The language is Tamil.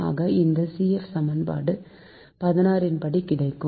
ஆக இந்த CF சமன்பாடு 16 ன் படி கிடைக்கும்